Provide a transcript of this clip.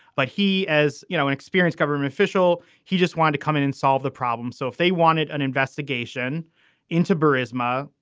but he, as you know, in experience, government official, he just wanted to come in and solve the problem. so if they wanted an investigation into burr isma,